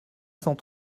cent